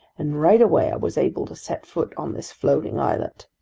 and right away i was able to set foot on this floating islet.